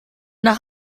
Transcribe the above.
nach